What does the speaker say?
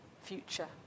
future